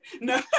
no